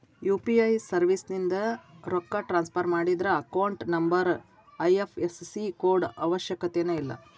UPI ಸರ್ವಿಸ್ಯಿಂದ ರೊಕ್ಕ transfer ಮಾಡಿದ್ರ ಅಕೌಂಟ್ ನಂಬರ್ ಐ.ಎಫ್.ಎಸ್.ಸಿ ಕೋಡ್ ಅವಶ್ಯಕತೆನ ಇಲ್ಲ